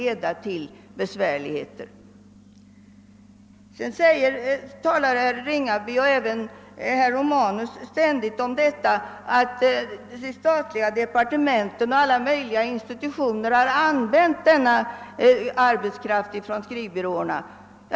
Herr Ringaby och även herr Romanus återkommer ständigt till att de statliga departementen och alla möjliga institutioner har använt arbetskraft från skrivbyråerna.